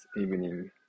evening